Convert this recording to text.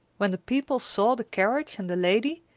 when the people saw the carriage and the lady,